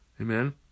Amen